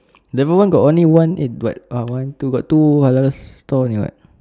level one got only one eat what uh one two got other stall only [what]